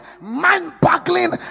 mind-boggling